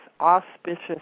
auspicious